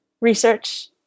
research